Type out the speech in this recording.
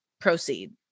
proceed